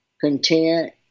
content